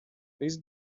please